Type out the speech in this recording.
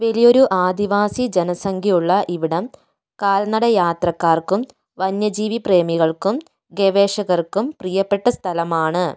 വലിയൊരു ആദിവാസി ജനസംഖ്യയുള്ള ഇവിടം കാൽനട യാത്രക്കാർക്കും വന്യജീവി പ്രേമികൾക്കും ഗവേഷകർക്കും പ്രിയപ്പെട്ട സ്ഥലമാണ്